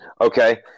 Okay